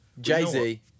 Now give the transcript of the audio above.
Jay-Z